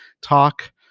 talk